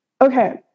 Okay